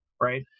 right